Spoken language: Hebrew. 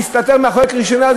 להסתתר מאחורי קריאה ראשונה,